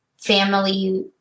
family